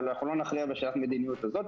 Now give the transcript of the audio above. אבל אנחנו לא נכריע בשאלת מדיניות הזאת,